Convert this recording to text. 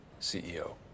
CEO